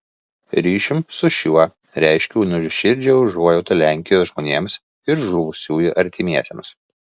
ryšium su šiuo reiškiu nuoširdžią užuojautą lenkijos žmonėms ir žuvusiųjų artimiesiems